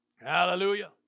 Hallelujah